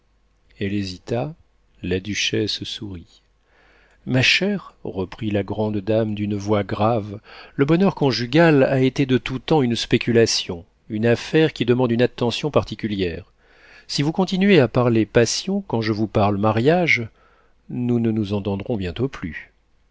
elle hésita la duchesse sourit ma chère reprit la grande dame d'une voix grave le bonheur conjugal a été de tout temps une spéculation une affaire qui demande une attention particulière si vous continuez à parler passion quand je vous parle mariage nous ne nous entendrons bientôt plus